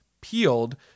peeled